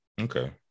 Okay